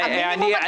את המינימום הדרוש?